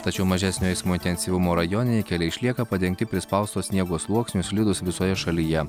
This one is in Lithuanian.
tačiau mažesnio eismo intensyvumo rajoniniai keliai išlieka padengti prispausto sniego sluoksniu slidūs visoje šalyje